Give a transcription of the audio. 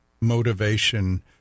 motivation